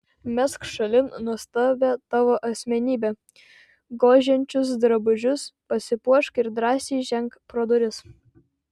mesk šalin nuostabią tavo asmenybę gožiančius drabužius pasipuošk ir drąsiai ženk pro duris